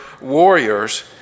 warriors